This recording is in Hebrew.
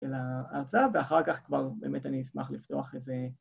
‫של ההרצאה, ואחר כך כבר באמת ‫אני אשמח לפתוח איזה...